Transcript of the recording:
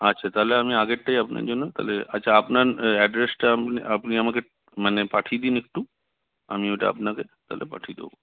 আচ্ছা তাহলে আমি আগেরটাই আপনার জন্য তাহলে আচ্ছা আপনার অ্যাড্রেসটা আপনি আপনি আমাকে মানে পাঠিয়ে দিন একটু আমি ওটা আপনাকে তাহলে পাঠিয়ে দেবো